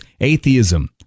atheism